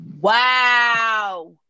Wow